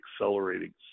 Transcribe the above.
accelerating